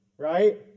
right